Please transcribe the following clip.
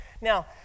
Now